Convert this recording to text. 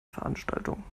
veranstaltung